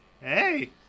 Hey